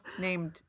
named